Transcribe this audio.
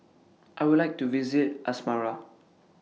I Would like to visit Asmara